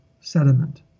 sediment